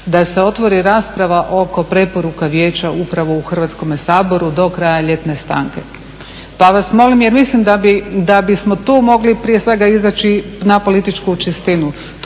da se otvori rasprava oko preporuka vijeća upravo u Hrvatskome saboru do kraja ljetne stanke. Pa vas molim jer mislim da bi smo tu mogli prije svega izaći na političku čistinu.